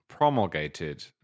promulgated